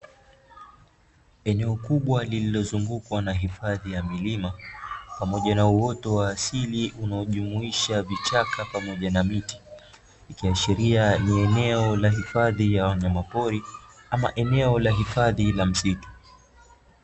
Eneo kubwa lililozungukwa na hifadhi ya milima, pamoja na uoto wa asili unaojumuisha vichaka pamoja na miti, ikiashiria ni eneo la hifadhi ya wanyamapori ama eneo la hifadhi ya msitu.